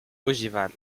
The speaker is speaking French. ogivale